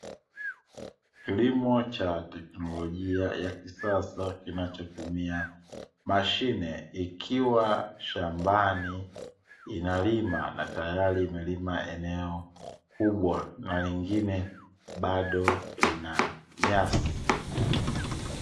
Kilimo cha teknolojia ya kisasa kinachotumia mashine, ikiwa shambani inalima na tayari imelima eneo kubwa na lingine bado lina nyasi.